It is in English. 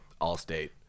Allstate